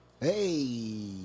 Hey